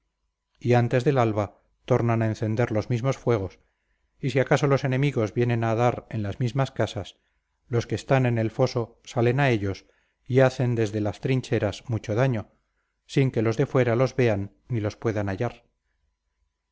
y antes del alba tornan a encender los mismos fuegos y si acaso los enemigos vienen a dar en las mismas casas los que están en el foso salen a ellos y hacen desde las trincheras mucho daño sin que los de fuera los vean ni los puedan hallar